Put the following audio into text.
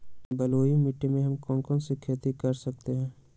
बलुई मिट्टी में हम कौन कौन सी खेती कर सकते हैँ?